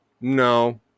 no